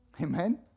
Amen